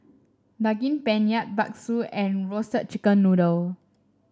Daging Penyet Bakso and Roasted Chicken Noodle